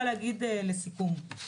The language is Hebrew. לסיכום,